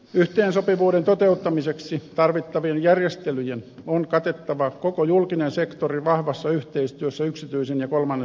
yhteensopivuuden toteuttamiseksi tarvittavien järjestelyjen on katettava koko julkinen sektori vahvassa yhteistyössä yksityisen ja kolmannen sektorin kanssa